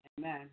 Amen